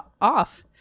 off